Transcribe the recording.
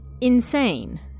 insane